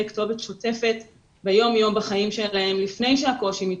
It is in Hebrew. כתובת שוטפת ביום-יום בחיים שלהם לפני שהקושי מתעורר,